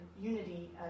unity